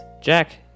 Jack